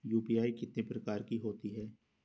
UPI कितने प्रकार की होती हैं?